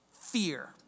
fear